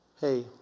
Hey